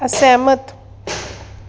ਅਸਹਿਮਤ